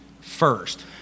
first